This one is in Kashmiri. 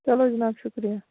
چلو جناب شُکریہ